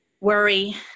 worry